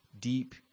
deep